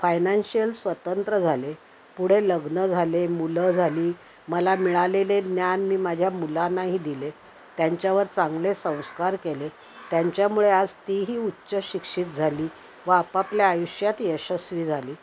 financial स्वतंत्र झाले पुढे लग्न झाले मुलं झाली मला मिळालेले ज्ञान मी माझ्या मुलांनाही दिले त्यांच्यावर चांगले संस्कार केले त्यांच्यामुळे आज तीही उच्चशिक्षित झाली व आपापल्या आयुष्यात यशस्वी झाली